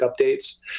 updates